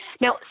Now